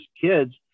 kids